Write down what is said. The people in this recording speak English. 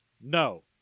No